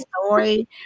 story